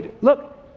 Look